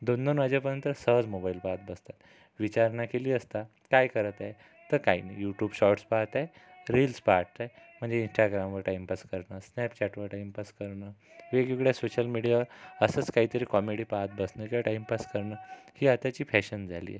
दोन दोन वाजेपर्यंत सहज मोबाइल पाहत बसतात विचारणा केली असता काय करताय तर काही नाही यूट्यूब शॉर्ट्स पाहताय रील्स पाटत आहे म्हणजे इंस्टाग्रामवर टाइमपास करणं सँपचाटवर टाइमपास करणं वेगवेगळ्या सोशल मीडियावर असच काहीतरी कॉमेडी पाहत बसणं किंवा टाइमपास करणं ही आताची फॅशन झाली आहे